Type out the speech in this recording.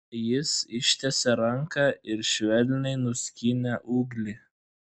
jis ištiesė ranką ir švelniai nuskynė ūglį